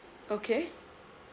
okay